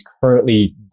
currently